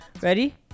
Ready